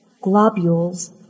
Globules